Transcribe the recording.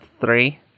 three